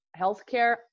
healthcare